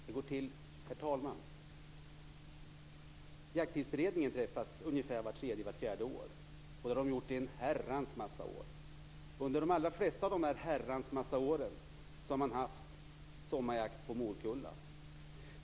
Herr talman! Jakttidsberedningen träffas ungefär vart tredje eller vart fjärde år. Det har den gjort i en herrans massa år. Under de allra flesta av de här herrans massa åren har man haft sommarjakt på morkulla.